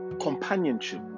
companionship